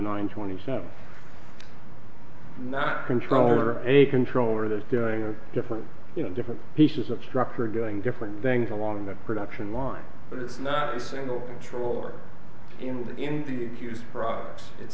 nine twenty seven not controller a controller that's doing a different you know different pieces of structure doing different things along the production line but it's not a single controller in the in the accused products it's